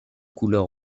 couleur